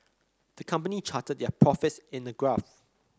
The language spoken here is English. the company charted their profits in a graph